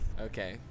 Okay